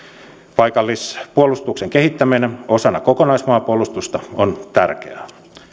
paikallispuolustuksen kehittäminen osana kokonaismaanpuolustusta on tärkeää